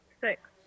Six